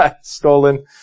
stolen